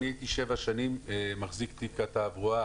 אני הייתי שבע שנים מחזיק תיק התברואה,